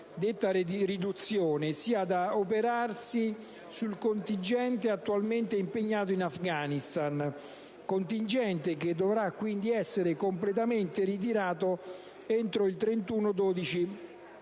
detta riduzione sia da operarsi sul contingente attualmente impegnato in Afghanistan, che dovrà quindi essere completamente ritirato entro il 31 dicembre